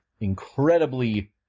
incredibly